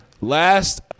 Last